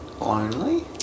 lonely